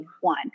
one